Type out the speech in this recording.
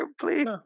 please